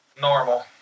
normal